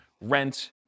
rent